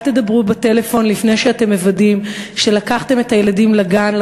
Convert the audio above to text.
אל תדברו בטלפון לפני שאתם מוודאים שלקחתם את הילדים לגן,